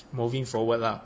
moving forward lah